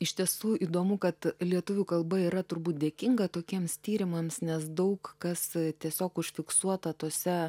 iš tiesų įdomu kad lietuvių kalba yra turbūt dėkinga tokiems tyrimams nes daug kas tiesiog užfiksuota tose